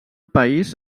país